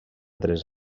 tres